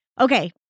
Okay